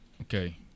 okay